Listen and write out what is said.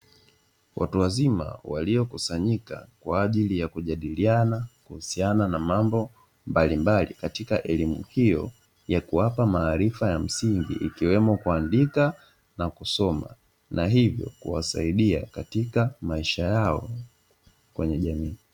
Watu wazima waliokusanyika kwa ajili ya kujadiliana kuhisiana na mambo mbalimbali katika elimu hiyo kuwapa maarifa ya msingi ikiwemo kuandika na kusoma, na hivyo kuwasaidia katika maisha yao Kwenye jamii.